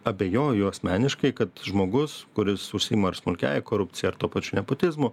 abejoju asmeniškai kad žmogus kuris užsiima ar smulkiąja korupcija ar tuo pačiu nepotizmu